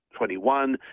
21